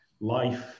life